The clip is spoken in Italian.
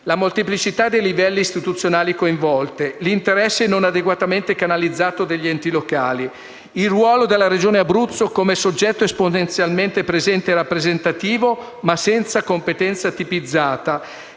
la molteplicità dei livelli istituzionali coinvolti; l'interesse non adeguatamente canalizzato degli enti locali; il ruolo della Regione Abruzzo come soggetto esponenzialmente presente e rappresentativo, ma senza competenza tipizzata;